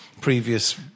previous